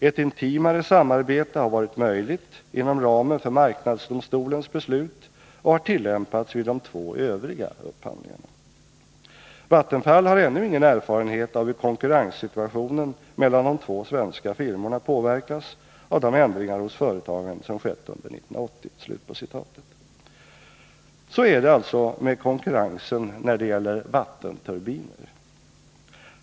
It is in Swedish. Ett intimare samarbete har varit möjligt inom ramen för Marknadsdomstolens beslut och har tillämpats vid de två övriga upphandlingarna. Vattenfall har ännu ingen erfarenhet av hur konkurrenssituationen mellan de två svenska firmorna påverkas av de ändringar hos företagen som skett under 1980.” Så är det alltså med konkurrensen när det gäller vattenturbiner.